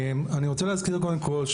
אני רוצה להזכיר קודם כל,